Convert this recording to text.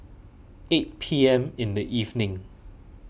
eight P M in the evening